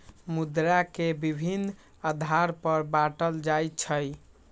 मुद्रा के विभिन्न आधार पर बाटल जाइ छइ